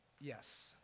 Yes